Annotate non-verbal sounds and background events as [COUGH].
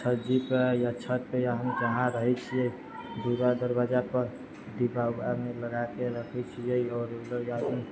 छज्जीपे या छतपे या हम जहाँ रहै छियै दूरा दरवज्जापर [UNINTELLIGIBLE] लगाके रखै छियै आओर रेगुलर गार्डनिंग